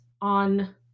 on